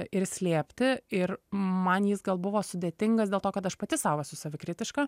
ir slėpti ir man jis gal buvo sudėtingas dėl to kad aš pati sau esu savikritiška